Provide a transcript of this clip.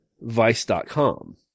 vice.com